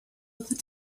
other